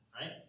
right